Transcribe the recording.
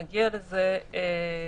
חובת התשאול נותרה גם בבתי עסק, שיהיה ברור.